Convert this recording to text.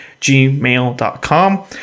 gmail.com